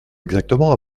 exactement